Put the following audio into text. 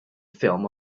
film